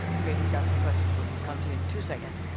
great, we've got some questions. we'll come to you in two seconds.